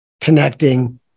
connecting